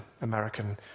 American